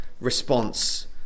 response